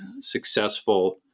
successful